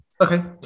Okay